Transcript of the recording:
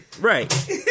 Right